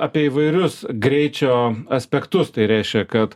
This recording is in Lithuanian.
apie įvairius greičio aspektus tai reiškia kad